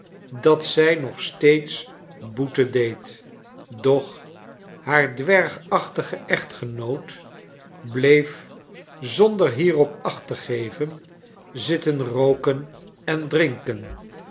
dat zij nog steeds boete deed doch haar dwergachtige echtgenoot bleef zonder hierop acht te geven zitten rooken en drinken